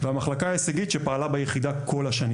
והמחלקה ההישגית שפעלה ביחידה כל השנים.